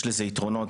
יש לזה יתרונות.